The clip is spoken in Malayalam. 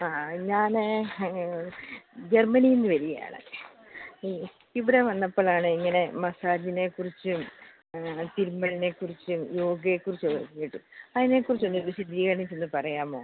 ആ ഞാൻ ജെർമ്മനീന്ന് വരുകയാണ് ഈ ഇവിടെ വന്നപ്പളാണ് ഇങ്ങനെ മസാജിനെ കുറിച്ചും തിരുമ്മലിനെ കുറിച്ച് യോഗയെ കുറിച്ച് കേട്ടു അതിനെ കുറിച്ചൊന്ന് വിശദീകരിച്ചൊന്ന് പറയാമോ